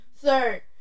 sir